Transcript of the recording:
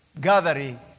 gathering